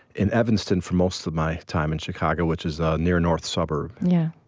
in evanston for most of my time in chicago, which is a near north suburb yeah.